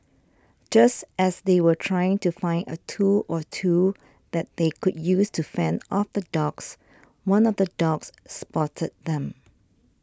just as they were trying to find a tool or two that they could use to fend off the dogs one of the dogs spotted them